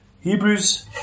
Hebrews